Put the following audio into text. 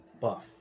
buff